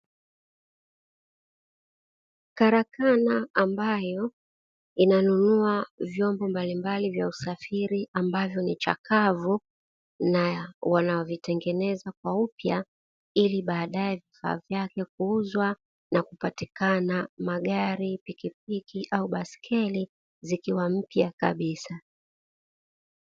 Karakana ambayo inanunua vyombo mbalimbali vya usafiri ambavyo ni chakavu, na wanavitengeneza kwa upya, ili baadaye vifaa vyake kuuzwa na kupatikana magari, pikipiki au baskeli zikiwa mpya kabisa.